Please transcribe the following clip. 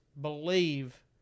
believe